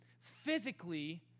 physically